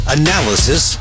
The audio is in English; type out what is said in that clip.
analysis